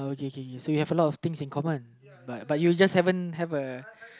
okay okay so you have a lot of things in common but you just haven't have a